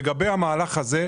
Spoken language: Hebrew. לגבי המהלך הזה.